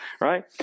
right